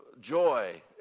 joy